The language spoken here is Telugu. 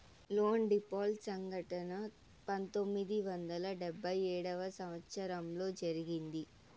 లోన్ డీపాల్ట్ సంఘటన పంతొమ్మిది వందల డెబ్భై ఏడవ సంవచ్చరంలో జరిగింది